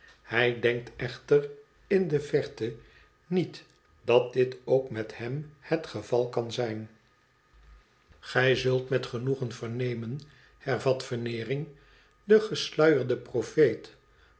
hij denkt echter in de verte niet dat dit ook met hem het geval kan zijn ocr loo onze wederzijdsche vriend gij zult met genoegen vernemen hervat veneering de gesluierde profeet